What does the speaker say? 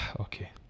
Okay